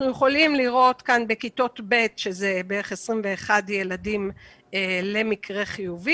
אנחנו יכולים לראות כאן שבכיתות ב' זה בערך 21 ילדים למקרה חיוני,